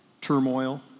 turmoil